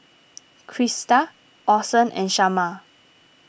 Krista Orson and Shamar